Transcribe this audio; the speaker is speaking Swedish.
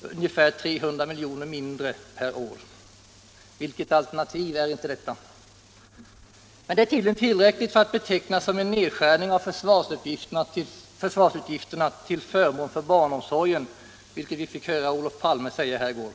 ungefär 300 miljoner mindre per år. Vilket alternativ är inte detta! Men det är tydligen tillräckligt för att betecknas debatt Allmänpolitisk debatt som en nedskärning av försvarsutgifterna till förmån för barnomsorgen, vilket vi fick höra Olof Palme säga här i går.